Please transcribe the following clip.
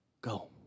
go